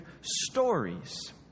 stories